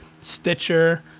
Stitcher